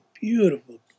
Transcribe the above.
beautiful